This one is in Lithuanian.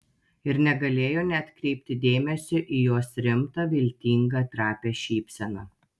ir negalėjo neatkreipti dėmesio į jos rimtą viltingą trapią šypseną